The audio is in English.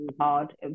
hard